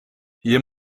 hier